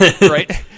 Right